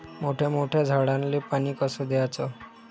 मोठ्या मोठ्या झाडांले पानी कस द्याचं?